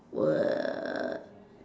what